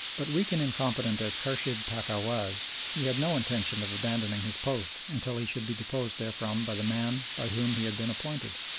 but weak and incompetent as khurshid pacha was, he had no intention of abandoning his post until he should be deposed therefrom by the man by whom he had been appointed.